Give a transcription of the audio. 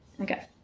Okay